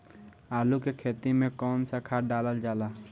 आलू के खेती में कवन सा खाद डालल जाला?